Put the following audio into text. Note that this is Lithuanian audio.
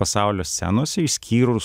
pasaulio scenose išskyrus